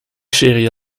serie